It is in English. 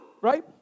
right